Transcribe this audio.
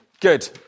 Good